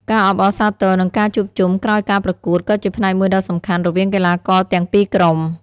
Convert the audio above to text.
ការអបអរសាទរ និងការជួបជុំក្រោយការប្រកួតក៏ជាផ្នែកមួយដ៏សំខាន់រវាងកីឡាករទាំងពីរក្រុម។